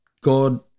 God